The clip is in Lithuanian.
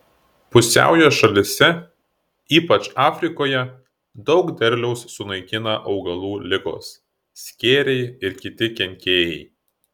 pusiaujo šalyse ypač afrikoje daug derliaus sunaikina augalų ligos skėriai ir kiti kenkėjai